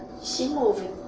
she moving.